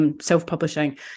self-publishing